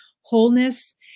wholeness